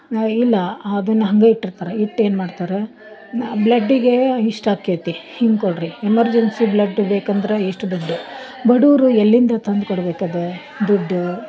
ನಾವು ಇಲ್ಲ ಅದನ್ನು ಹಾಗೇ ಇಟ್ಟಿರ್ತಾರೆ ಇಟ್ಟು ಏನು ಮಾಡ್ತಾರೆ ಬ್ಲಡ್ಗೆ ಇಷ್ಟಾಕ್ಯೈತಿ ಹಿಂಗೆ ಕೊಡ್ರಿ ಎಮರ್ಜೆನ್ಸಿ ಬ್ಲಡ್ ಬೇಕಂದ್ರೆ ಎಷ್ಟು ದುಡ್ಡು ಬಡವರು ಎಲ್ಲಿಂದ ತಂದು ಕೊಡ್ಬೇಕು ಅದು ದುಡ್ಡು